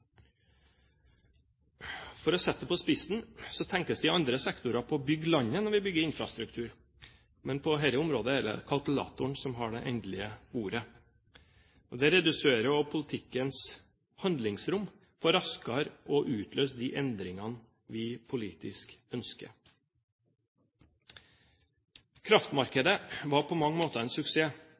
For å sette det på spissen så tenkes det i andre sektorer på å bygge landet når vi bygger infrastruktur, men på dette området er det kalkulatoren som har det endelige ordet. Dette reduserer også politikkens handlingsrom for raskere å utløse de endringene vi politisk ønsker. Kraftmarkedet var på mange måter en suksess.